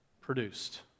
produced